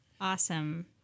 awesome